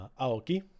aoki